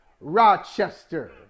Rochester